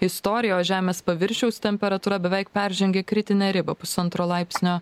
istoriją o žemės paviršiaus temperatūra beveik peržengė kritinę ribą pusantro laipsnio